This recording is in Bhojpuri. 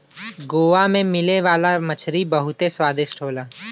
गोवा में मिले वाला मछरी बहुते स्वादिष्ट होला